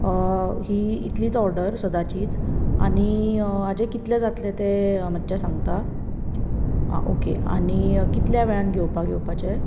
ही इतलीच ऑर्डर सदांचीच आनी हाचें कितले जातले तें मातशें सांगता आं ओके आनी कितल्या वेळान घेवपाक येवपाचें